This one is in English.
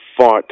fought